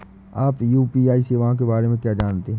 आप यू.पी.आई सेवाओं के बारे में क्या जानते हैं?